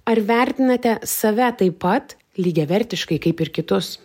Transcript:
ar vertinate save taip pat lygiavertiškai kaip ir kitus